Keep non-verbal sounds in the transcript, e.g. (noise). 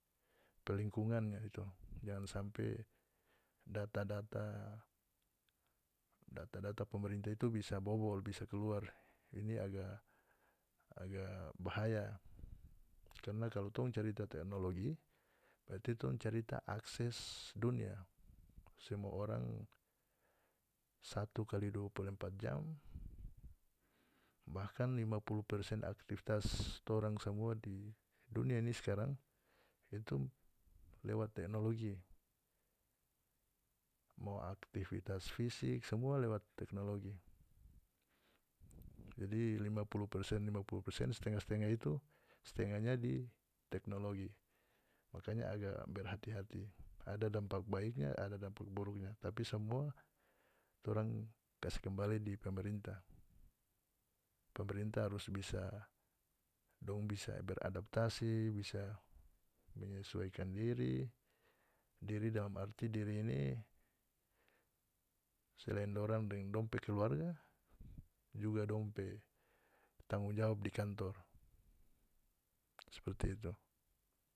Pe lingkungannya itu jangan sampe data-data data-data pemerintah itu bisa bobol bisa keluar ini agak agak bahaya karna kalu tong cerita teknologi berarti tong cerita akses dunia semua orang satu kali dua puluh empat jam bahkan lima puluh persen aktivitas torang samua di dunia ini skarang itu lewat teknologi mo aktivitas fisik samua lewat teknologi (noise) jadi lima puluh persen (noise) lima puluh persen stengah-stengah itu stengahnya di teknologi makanya agak berhati-hati ada dampak baiknya ada dampak buruknya tapi samua torang kas kembali di pemerintah pemerintah harus bisa dong bisa beradaptasi bisa menyesuaikan diri diri dalam arti diri ini selain dorang deng dorang pe keluarga juga dong pe tanggungjawab di kantor seperti itu.